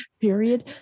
period